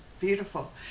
Beautiful